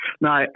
No